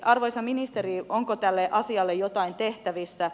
arvoisa ministeri onko tälle asialle jotain tehtävissä